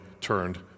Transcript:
turned